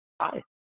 Hi